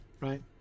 right